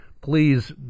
please